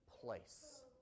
place